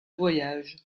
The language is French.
voyage